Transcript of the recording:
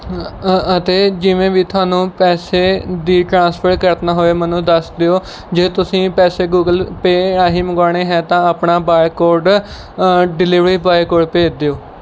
ਅਤੇ ਜਿਵੇਂ ਵੀ ਤੁਹਾਨੂੰ ਪੈਸੇ ਦੀ ਟਰਾਂਸਫਰ ਕਰਨਾ ਹੋਵੇ ਮੈਨੂੰ ਦੱਸ ਦਿਓ ਜੇ ਤੁਸੀਂ ਪੈਸੇ ਗੂਗਲ ਪੇਅ ਰਾਹੀਂ ਮੰਗਵਾਉਣੇ ਹੈ ਤਾਂ ਆਪਣਾ ਬਾਰਕੋਡ ਡਿਲੀਵਰੀ ਬੋਆਏ ਕੋਲ ਭੇਜ ਦਿਓ